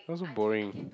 all so boring